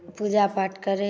पूजा पाठ करय